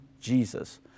Jesus